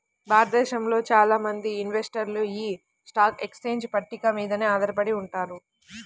భారతదేశంలో చాలా మంది ఇన్వెస్టర్లు యీ స్టాక్ ఎక్స్చేంజ్ పట్టిక మీదనే ఆధారపడి ఉంటారు